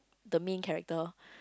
the main character